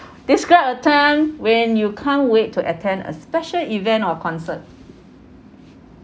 describe a time when you can't wait to attend a special event or concert